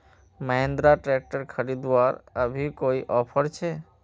Mahindra tractor खरीदवार अभी कोई ऑफर छे?